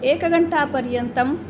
एकघण्टापर्यन्तम्